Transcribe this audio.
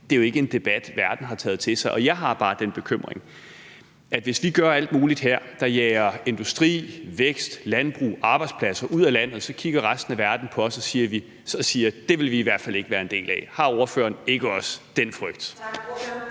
er jo ikke en debat, verden har taget til sig. Og jeg har bare den bekymring, at hvis vi gør alt muligt her, der jager industri væk og landbrug og arbejdspladser ud af landet, så kigger resten af verden på os og siger: Det vil vi i hvert fald ikke være en del af. Har ordføreren ikke også den frygt?